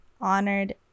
honored